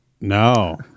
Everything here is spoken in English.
No